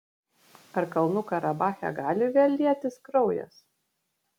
ar kalnų karabache gali vėl lietis kraujas